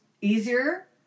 easier